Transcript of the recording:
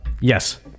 Yes